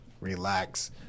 relax